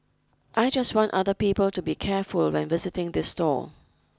I just want other people to be careful when visiting this stall